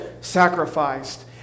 sacrificed